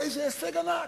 איזה הישג ענק.